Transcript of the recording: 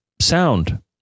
sound